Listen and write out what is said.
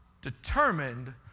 determined